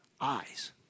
eyes